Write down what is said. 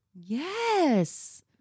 yes